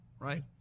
right